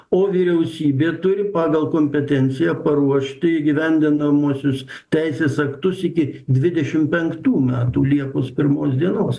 o vyriausybė turi pagal kompetenciją paruošti įgyvendinamuosius teisės aktus iki dvidešimt penktų metų liepos pirmos dienos